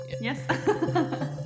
Yes